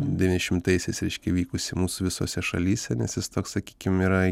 devyniasdešimtaisiais reiškia vykusį mūsų visose šalyse nes jis toks sakykim yra